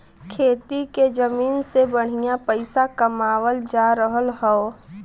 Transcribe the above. खेती के जमीन से बढ़िया पइसा कमावल जा रहल हौ